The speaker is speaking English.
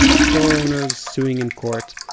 store owners suing in court.